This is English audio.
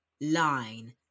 line